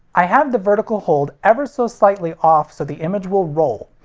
i have the vertical hold ever so slightly off so the image will roll.